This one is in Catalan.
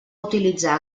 utilitzar